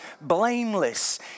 blameless